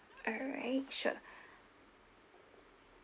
alright sure